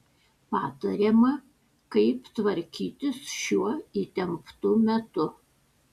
patariama kaip tvarkytis šiuo įtemptu metu